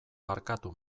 barkatu